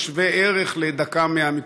זה שווה ערך לדקה מהמיקרופון.